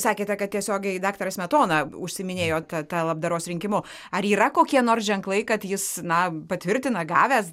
sakėte kad tiesiogiai daktaras smetona užsiiminėjo ta ta labdaros rinkimu ar yra kokie nors ženklai kad jis na patvirtina gavęs